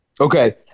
Okay